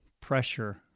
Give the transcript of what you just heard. pressure